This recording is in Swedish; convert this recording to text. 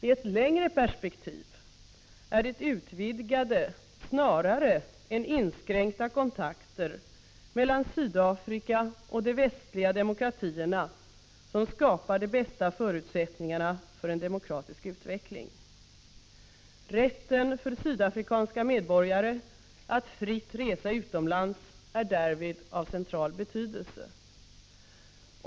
I ett längre perspektiv är det utvidgade snarare än inskränkta kontakter mellan Sydafrika och de västliga demokratierna som skapar de bästa förutsättningarna för en demokratisk utveckling. Rätten för sydafrikanska medborgare att fritt resa utomlands är därvid av central betydelse.